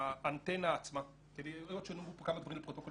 האנטנה עצמה היות שנאמרו פה כמה דברים לפרוטוקול,